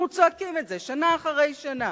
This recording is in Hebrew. אנחנו צועקים את זה שנה אחרי שנה: